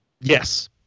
Yes